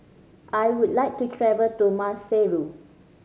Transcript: I would like to travel to Maseru